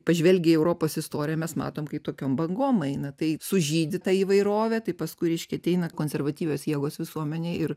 pažvelgę į europos istoriją mes matom kai tokiom bangom eina tai sužydi ta įvairovė tai paskui reiškia ateina konservatyvios jėgos visuomenėj ir